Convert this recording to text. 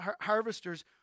harvesters